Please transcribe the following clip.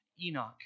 Enoch